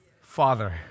Father